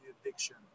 addiction